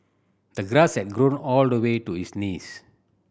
the grass has grown all the way to his knees